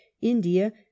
India